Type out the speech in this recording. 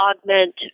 augment